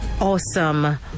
awesome